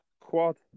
Quad-